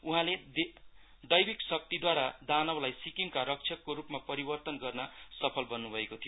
उहाँले देविक शक्तिद्रवारा दानवलाई सिक्किमका रक्षकको रुपमा परिर्वतन गर्न सफल बन्नभएको थियो